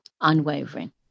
unwavering